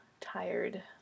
tired